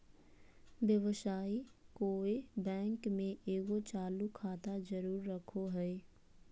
व्यवसायी कोय बैंक में एगो चालू खाता जरूर रखो हइ